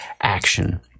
action